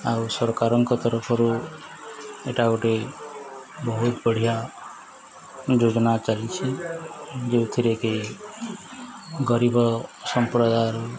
ଆଉ ସରକାରଙ୍କ ତରଫରୁ ଏଇଟା ଗୋଟେ ବହୁତ ବଢ଼ିଆ ଯୋଜନା ଚାଲିଛି ଯେଉଁଥିରେକି ଗରିବ ସମ୍ପ୍ରଦାୟରୁ